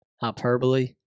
Hyperbole